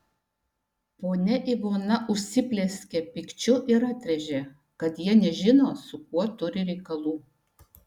ponia ivona užsiplieskė pykčiu ir atrėžė kad jie nežino su kuo turi reikalų